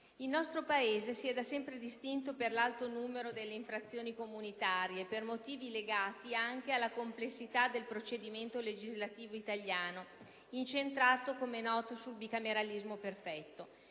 Il nostro Paese si è da sempre distinto per l'alto numero delle infrazioni comunitarie, per motivi legati anche alla complessità del procedimento legislativo italiano, incentrato - com'è noto - sul bicameralismo perfetto.